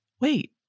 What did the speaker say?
wait